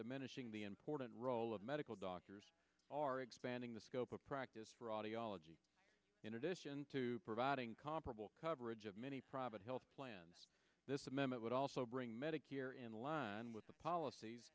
diminishing the important role of medical doctors are expanding the scope of practice audiology in addition to providing comparable coverage of many private health plans this amendment would also bring medicare in line with the policies